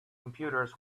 computers